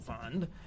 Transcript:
Fund